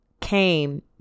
came